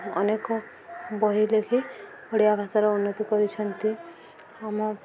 ଅନେକ ବହି ଲେଖି ଓଡ଼ିଆ ଭାଷାର ଉନ୍ନତି କରିଛନ୍ତି ଆମ